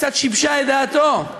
קצת שיבשה את דעתו,